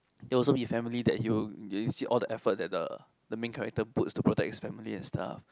it will also be family that he will you see all the effort that the the main character puts to protect his family and stuff